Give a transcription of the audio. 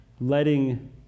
letting